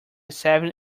seven